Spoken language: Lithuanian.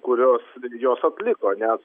kuriuos jos atliko nes